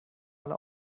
alle